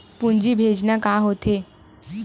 पूंजी भेजना का होथे?